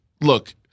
look